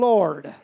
Lord